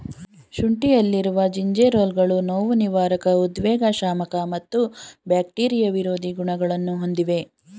ಶುಂಠಿಯಲ್ಲಿರುವ ಜಿಂಜೆರೋಲ್ಗಳು ನೋವುನಿವಾರಕ ಉದ್ವೇಗಶಾಮಕ ಮತ್ತು ಬ್ಯಾಕ್ಟೀರಿಯಾ ವಿರೋಧಿ ಗುಣಗಳನ್ನು ಹೊಂದಿವೆ